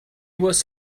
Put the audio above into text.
was